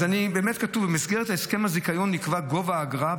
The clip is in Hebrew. אז באמת כתוב: "במסגרת להסכם הזיכיון נקבע גובה האגרה,